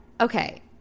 okay